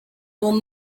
will